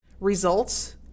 results